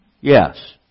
Yes